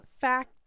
fact